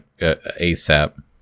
ASAP